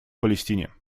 палестине